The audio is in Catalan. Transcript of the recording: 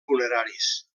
funeraris